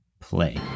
play